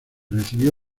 recibió